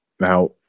Now